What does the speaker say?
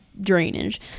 drainage